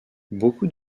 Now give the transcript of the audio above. beaucoup